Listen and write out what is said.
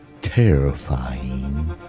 terrifying